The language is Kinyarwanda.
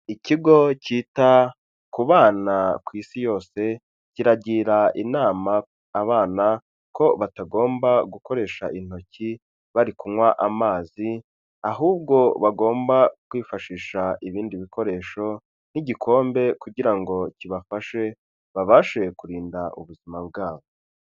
Ikigo cyita ku bana ku isi yose, kiragira inama abana ko batagomba gukoresha intoki bari kunywa amazi, ahubwo bagomba kwifashisha ibindi bikoresho nk'igikombe kugira ngo kibafashe babashe kurinda ubuzima bwabo.